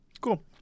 Cool